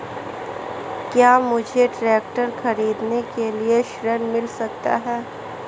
क्या मुझे ट्रैक्टर खरीदने के लिए ऋण मिल सकता है?